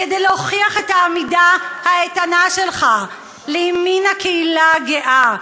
כדי להוכיח את העמידה האיתנה שלך לימין הקהילה הגאה,